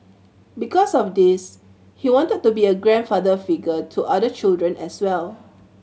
because of this he wanted to be a grandfather figure to other children as well